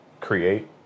create